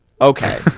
Okay